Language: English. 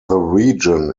region